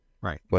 Right